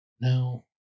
No